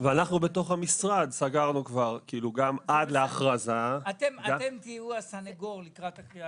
ואנחנו בתוך המשרד סגרנו עד להכרזה --- לקראת הקריאה